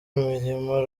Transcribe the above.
mirimo